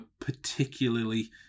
particularly